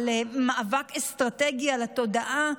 על מאבק אסטרטגי על התודעה במלחמה,